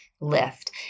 lift